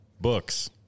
books